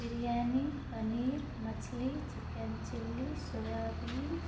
بریانی پنیر مچھلی chicken chilli soybean